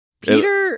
Peter